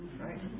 Right